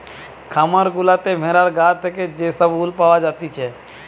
খামার গুলাতে ভেড়ার গা থেকে যে সব উল পাওয়া জাতিছে